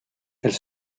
elle